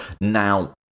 Now